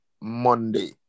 Monday